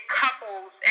couples